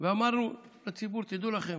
ואמרנו לציבור: תדעו לכם,